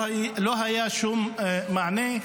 לא היה שום מענה.